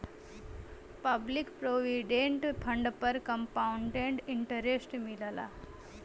public provident fund पर compound interest मिलला